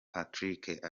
patrick